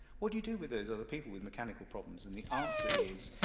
what do you do with those other people with mechanical problems? and the answer is,